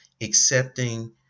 accepting